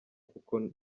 kuko